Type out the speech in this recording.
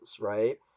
right